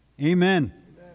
Amen